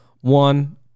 one